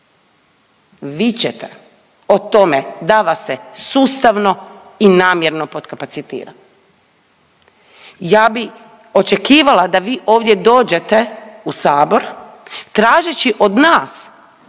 vičete o tome da vas se sustavno i namjerno podkapacitira. Ja bi očekivala da vi ovdje dođete u sabor tražeći od nas